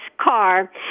car